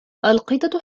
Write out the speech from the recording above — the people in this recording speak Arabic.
القطط